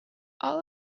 all